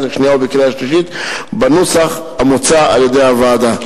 שנייה ובקריאה שלישית בנוסח המוצע על-ידי הוועדה.